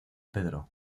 pedro